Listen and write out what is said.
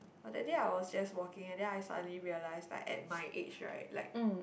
but that day I was just walking and then I suddenly realized that at my age right like